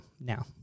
Now